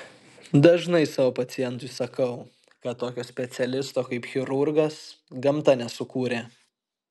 dažnai savo pacientui sakau kad tokio specialisto kaip chirurgas gamta nesukūrė